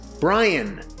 Brian